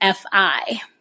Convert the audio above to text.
FI